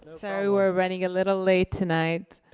ah sorry we're running a little late tonight.